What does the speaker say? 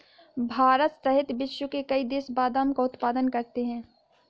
भारत सहित विश्व के कई देश बादाम का उत्पादन करते हैं